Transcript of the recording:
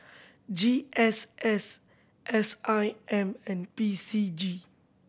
G S S S I M and P C G